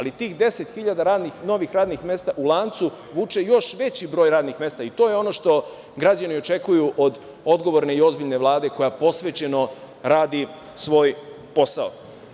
Tih deset hiljada novih radnih mesta u lancu vuče još veći broj radnih mesta, i to je ono što građani očekuju od odgovorne i ozbiljne Vlade koja posvećeno radi svoj posao.